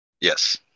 Yes